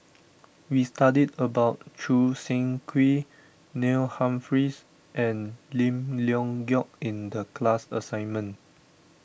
we studied about Choo Seng Quee Neil Humphreys and Lim Leong Geok in the class assignment